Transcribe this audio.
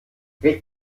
reg